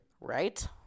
Right